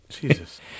Jesus